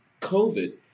COVID